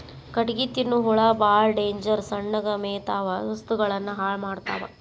ಕಟಗಿ ತಿನ್ನು ಹುಳಾ ಬಾಳ ಡೇಂಜರ್ ಸಣ್ಣಗ ಮೇಯತಾವ ವಸ್ತುಗಳನ್ನ ಹಾಳ ಮಾಡತಾವ